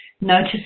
notice